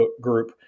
group